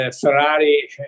Ferrari